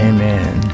Amen